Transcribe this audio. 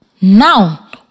Now